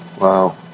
Wow